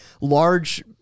large